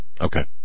Okay